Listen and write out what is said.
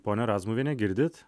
ponia razmuviene girdit